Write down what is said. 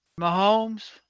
Mahomes